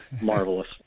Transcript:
Marvelous